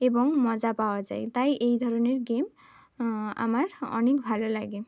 এবং মজা পাওয়া যায় তাই এই ধরনের গেম আমার অনেক ভালো লাগে